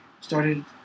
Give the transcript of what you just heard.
started